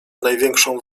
największą